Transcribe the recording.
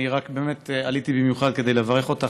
אני רק באמת עליתי במיוחד כדי לברך אותך,